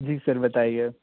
जी sir बताइए